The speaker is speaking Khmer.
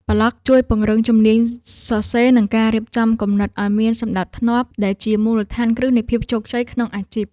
ប្លក់ជួយពង្រឹងជំនាញសរសេរ និងការរៀបចំគំនិតឱ្យមានសណ្ដាប់ធ្នាប់ ដែលជាមូលដ្ឋានគ្រឹះនៃភាពជោគជ័យក្នុងអាជីព។